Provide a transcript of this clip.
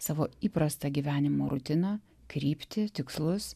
savo įprastą gyvenimo rutiną kryptį tikslus